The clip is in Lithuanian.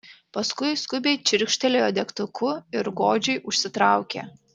paskui skubiai čirkštelėjo degtuku ir godžiai užsitraukė